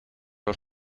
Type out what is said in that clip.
los